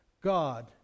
God